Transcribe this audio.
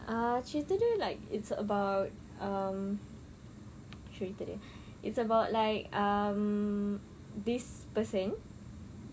uh cerita dia like it's about um cerita dia it's about like um this person